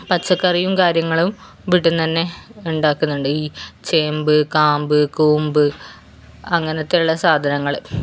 പച്ചക്കറിയും കാര്യങ്ങളും വീട്ടിൽ നിന്നുതന്നെ ഉണ്ടാക്കുന്നുണ്ട് ഈ ചേമ്പ് കാമ്പ് കൂമ്പ് അങ്ങനത്തെ ഉള്ള സാധനങ്ങള്